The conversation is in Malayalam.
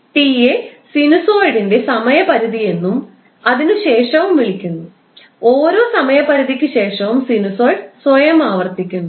ടി യെ സിനുസോയിഡിന്റെ സമയപരിധി എന്നും അതിനുശേഷവും വിളിക്കുന്നു ഓരോ സമയ പരിധിക്ക് ശേഷവും സിനുസോയ്ഡ് സ്വയം ആവർത്തിക്കുന്നു